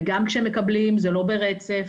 וגם כשהם מקבלים זה לא ברצף,